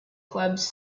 clubs